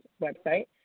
website